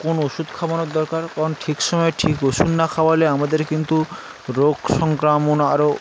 কোন ওষুধ খাওয়ানোর দরকার কারণ ঠিক সময় ঠিক ওষুধ না খাওয়ালে আমাদের কিন্তু রোগ সংক্রামণ আরও